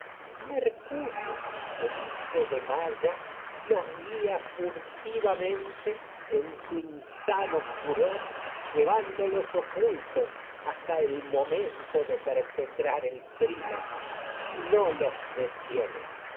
el hijo de maya los guia furti llevándolos ocultos insano furor hasta el momento de perpetrar el crimen y no los detiene